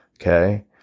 okay